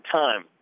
time